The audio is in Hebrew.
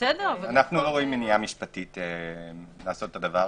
לא ראינו מניעה משפטית לעשות את זה.